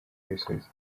ibisubizo